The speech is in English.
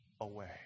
away